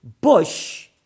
Bush